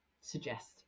suggest